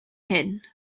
hyn